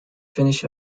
finnish